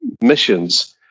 missions